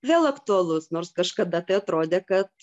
vėl aktualus nors kažkada tai atrodė kad